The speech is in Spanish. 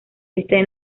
este